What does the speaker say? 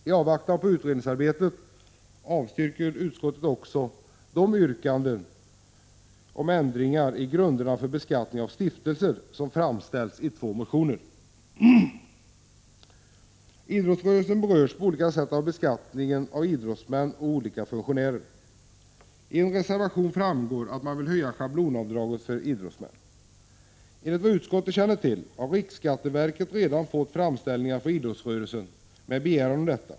I avvaktan på utredningsarbetet avstyrker utskottet också de yrkanden om ändringar i grunderna för beskattning av stiftelser som framställts i två motioner. Idrottsrörelsen berörs på olika sätt av beskattningen av idrottsmän och olika funktionärer. I en reservation anförs att man vill höja schablonavdraget för idrottsmän. Enligt vad utskottet känner till har riksskatteverket redan fått framställningar från idrottsrörelsen med begäran om detta.